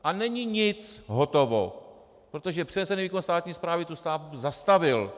A není nic hotovo, protože přenesený výkon státní správy tu stavbu zastavil.